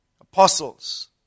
Apostles